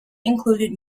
included